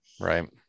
Right